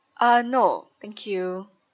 uh no thank you